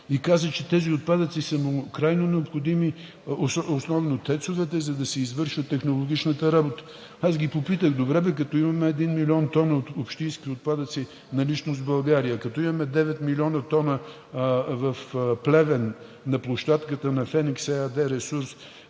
и каза, че тези отпадъци са му крайно необходими, основно ТЕЦ-овете, за да се извършва технологичната работа. Аз ги попитах: добре бе, като имаме един милион тона общински отпадъци в наличност в България, като имаме девет милиона тона в Плевен на площадката на „Феникс“ ЕАД, ресурс